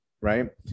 Right